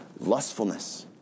lustfulness